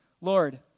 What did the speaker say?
Lord